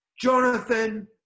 Jonathan